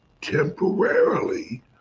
temporarily